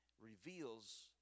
reveals